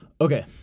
Okay